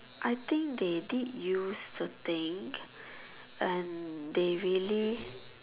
I think they did use the thing and they really